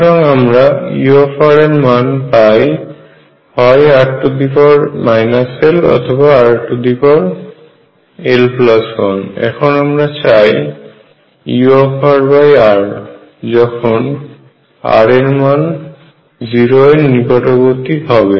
সুতরাং আমরা u এর মান পাই হয় r l অথবা rl1 এখন আমরা চাই urr যখন r এর মান 0 এর নিকটবর্তী হবে